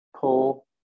pull